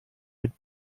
mit